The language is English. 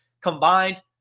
combined